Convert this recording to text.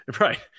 Right